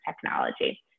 technology